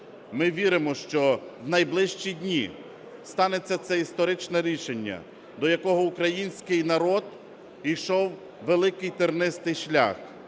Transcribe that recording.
Ми віримо, що в найближчі дні станеться це історичне рішення, до якого український народ ішов великий тернистий шлях,